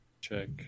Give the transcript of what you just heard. Check